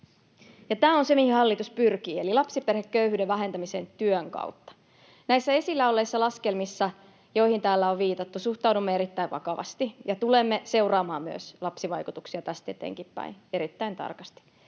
Tämä on se, mihin hallitus pyrkii, eli lapsiperheköyhyyden vähentämiseen työn kautta. Näihin esillä olleisiin laskelmiin, joihin täällä on viitattu, suhtaudumme erittäin vakavasti, ja tulemme seuraamaan myös lapsivaikutuksia tästä eteenkinpäin erittäin tarkasti,